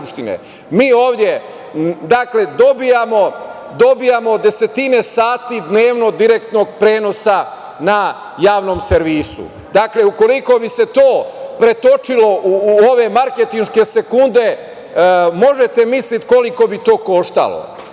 Mi ovde, dakle, dobijamo desetine sati direktnog prenosa na javnom servisu. Dakle, ukoliko bi se to pretočilo u ove marketinške sekunde, možete misliti koliko bi to koštalo?